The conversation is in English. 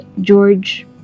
george